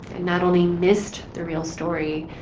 and not only missed the real story.